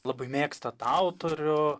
labai mėgsta tą autorių